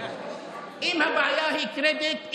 אם הבעיה היא קרדיט,